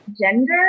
gender